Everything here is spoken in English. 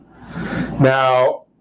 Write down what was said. Now